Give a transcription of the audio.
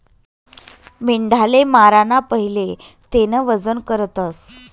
मेंढाले माराना पहिले तेनं वजन करतस